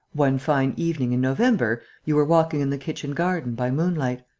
one fine evening in november, you were walking in the kitchen-garden, by moonlight.